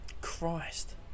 christ